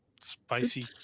Spicy